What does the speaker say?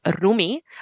Rumi